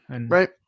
Right